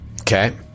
Okay